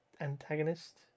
antagonist